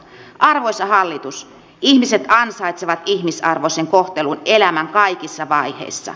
arvoisa hallitus ihmiset ansaitsevat ihmisarvoisen kohtelun elämän kaikissa vaiheissa